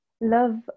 Love